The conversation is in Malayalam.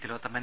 തിലോത്തമൻ